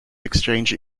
exchange